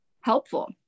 helpful